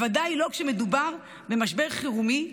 בוודאי לא כשמדובר במשבר חירומי,